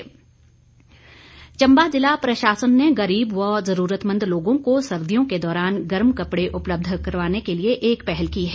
वस्त्र बैंक चंबा जिला प्रशासन ने गरीब व जरूरतमंद लोगों को सर्दियों के दौरान गर्म कपड़े उपलब्ध करवाने के लिए एक पहल की है